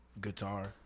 guitar